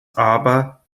aber